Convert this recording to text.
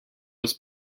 was